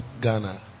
Ghana